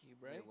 right